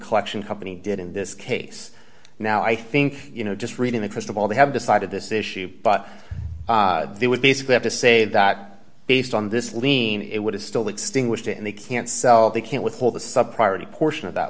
collection company did in this case now i think you know just reading the crystal ball they have decided this issue but they would basically have to say that based on this lean it would have still extinguished and they can't sell it they can't withhold the sub priority portion of that